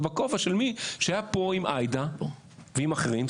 ובכובע של מי שהיה פה עם עאידה ועם אחרים,